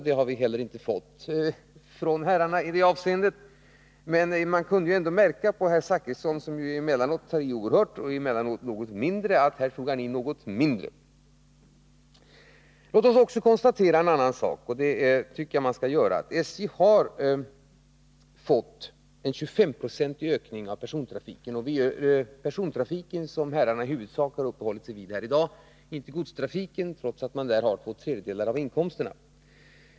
Det har vi inte heller fått från herrarna. Men man kunde märka att herr Zachrisson —- som emellanåt tar i oerhört och emellanåt något mindre — här tog i något mindre. 9 Låt oss också, vilket jag tycker att man skall göra, konstatera en annan sak. SJ har fått en 25-procentig ökning av persontrafiken. Det är ju persontrafiken som herrarna i dag i huvudsak har uppehållit sig vid, inte vid godstrafiken, trots att SJ där får två tredjedelar av inkomsterna.